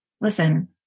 Listen